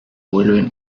vuelven